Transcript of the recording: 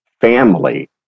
family